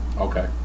Okay